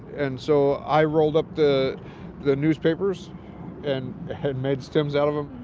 and so i rolled up the the newspapers and had made stems out of em.